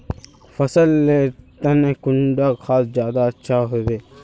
फसल लेर तने कुंडा खाद ज्यादा अच्छा हेवै?